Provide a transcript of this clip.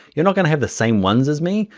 you're not gonna have the same ones as me,